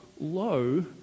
low